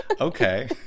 okay